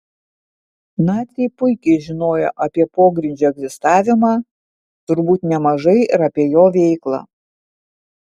naciai puikiai žinojo apie pogrindžio egzistavimą turbūt nemažai ir apie jo veiklą